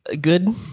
good